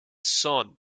son